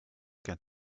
qu’un